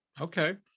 Okay